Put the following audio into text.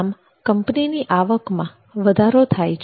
આમ કંપનીની આવકમાં વધારો થાય છે